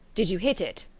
did you hit it?